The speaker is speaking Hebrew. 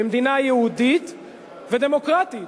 במדינה יהודית ודמוקרטית.